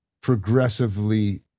progressively